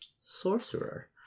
sorcerer